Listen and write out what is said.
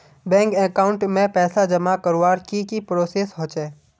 Bank account में पैसा जमा करवार की की प्रोसेस होचे?